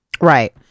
Right